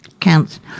counts